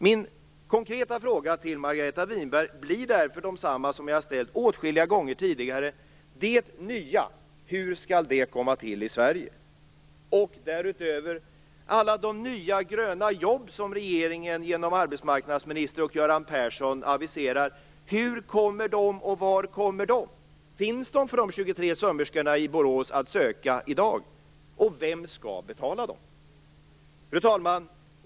Mina konkreta frågor till Margareta Winberg blir därför desamma som jag har ställt åtskilliga gånger tidigare. Hur skall det nya komma till i Sverige? Därutöver: Alla de nya gröna jobb som regeringen genom arbetsmarknadsministern och Göran Persson aviserar, hur kommer de och var kommer de? Finns de för de 23 sömmerskorna i Borås att söka i dag? Vem skall betala dem? Fru talman!